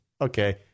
Okay